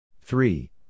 three